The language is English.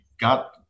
got